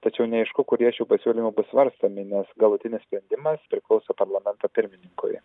tačiau neaišku kurie šių pasiūlymų bus svarstomi nes galutinis sprendimas priklauso parlamento pirmininkui